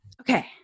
Okay